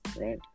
right